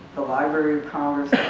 the library of congress